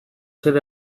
zer